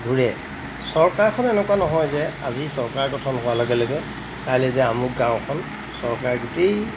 ঘূৰে চৰকাৰখন এনেকুৱা নহয় যে আজি চৰকাৰ গঠন হোৱাৰ লগে লগে কাইলৈ যে আমুক গাঁওখন চৰকাৰে গোটেই